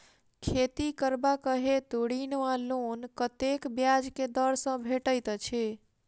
खेती करबाक हेतु ऋण वा लोन कतेक ब्याज केँ दर सँ भेटैत अछि?